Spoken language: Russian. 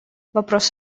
вопрос